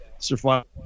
survival